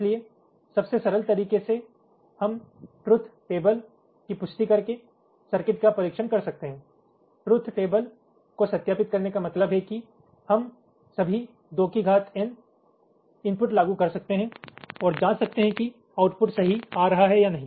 इसलिए सबसे सरल तरीके से हम ट्रूथ टेबल की पुष्टि करके सर्किट का परीक्षण कर सकते हैं ट्रूथ टेबल को सत्यापित करने का मतलब है कि हम सभी दो कि घात Nएन इनपुट लागू कर सकते हैं और जांच सकते हैं कि आउटपुट सही आ रहा है या नहीं